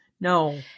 No